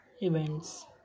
events